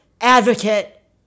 advocate